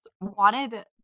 wanted